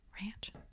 Ranch